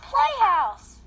Playhouse